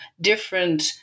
different